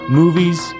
movies